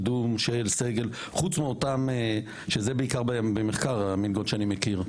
אני מדבר על קידום של סגל חוץ מאותן המלגות של המחקרים,